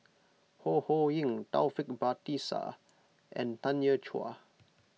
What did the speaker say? Ho Ho Ying Taufik Batisah and Tanya Chua